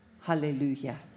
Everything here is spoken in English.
Hallelujah